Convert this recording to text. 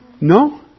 No